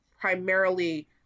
primarily